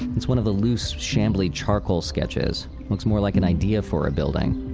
it's one of the loose shambly charcoal sketches, looks more like an idea for a building.